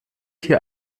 hier